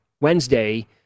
Wednesday